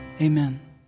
Amen